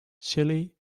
chile